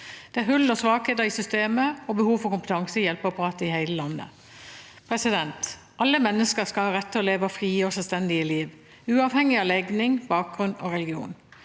Det er hull og svakheter i systemet og behov for kompetanse i hjelpeapparatet i hele landet. Alle mennesker skal ha rett til å leve et fritt og selvstendig liv, uavhengig av legning, bakgrunn og religion.